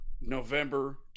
November